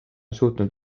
suutnud